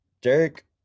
derek